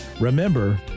remember